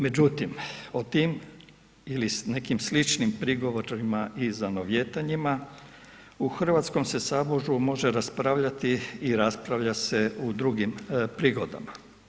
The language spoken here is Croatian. Međutim, o tim ili nekim sličnim prigovorima i zanovijetanjima u Hrvatskom se saboru može raspravljati i raspravlja se u drugim prigodama.